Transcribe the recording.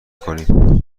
کنیم